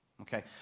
okay